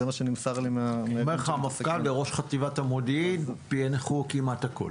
זה מה שנמסר לי --- אומר לך המפכ"ל וראש חטיבת המודיעין שפענחו הכול.